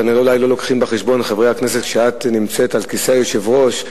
כנראה לא מביאים בחשבון חברי הכנסת שכשאת נמצאת על כיסא היושב-ראש,